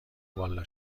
والا